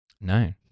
No